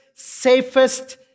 safest